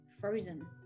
Frozen